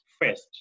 first